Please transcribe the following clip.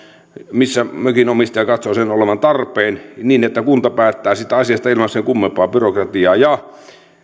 missä mökin omistaja katsoo sen olevan tarpeen niin että kunta päättää siitä asiasta ilman sen kummempaa byrokratiaa